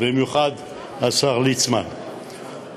במיוחד השר ליצמן,